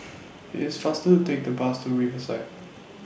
IT IS faster to Take The Bus to Riverside